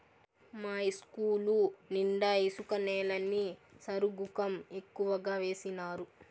మా ఇస్కూలు నిండా ఇసుక నేలని సరుగుకం ఎక్కువగా వేసినారు